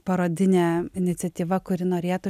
parodinė iniciatyva kuri norėtų